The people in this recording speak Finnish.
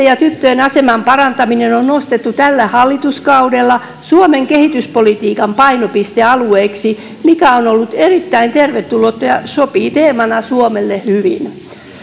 ja tyttöjen aseman parantaminen on on nostettu tällä hallituskaudella suomen kehityspolitiikan painopistealueeksi mikä on ollut erittäin tervetullutta ja sopii teemana suomelle hyvin